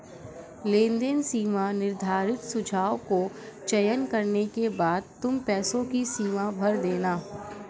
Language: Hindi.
लेनदेन सीमा निर्धारित सुझाव को चयन करने के बाद तुम पैसों की सीमा भर देना